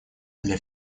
для